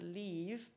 leave